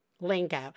lingo